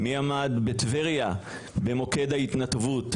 מי עמד בטבריה במוקד ההתנדבות?